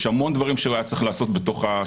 יש המון דברים שהיה צריך לעשות ומעניינים